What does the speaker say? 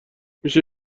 میشه